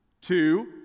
two